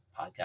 podcast